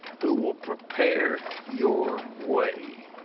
who will prepare your way.